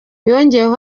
yongeyeho